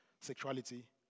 sexuality